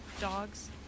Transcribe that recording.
dogs